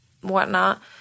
whatnot